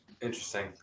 Interesting